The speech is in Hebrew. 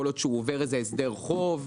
יכול להיות שעובר הסדר חוב,